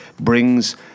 brings